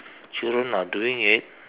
children are doing it